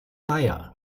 meier